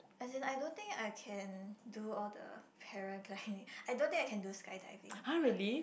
as in I don't think I can do all the paragliding I don't think I can do skydiving uh